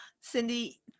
Cindy